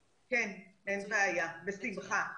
כן, אין בעיה, בשמחה.